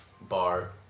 bar